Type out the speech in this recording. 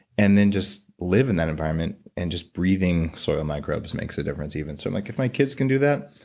and then just live in that environment and just breathing soil microbes makes a difference even. so like if my kids can do that,